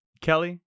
Kelly